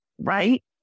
Right